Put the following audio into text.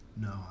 No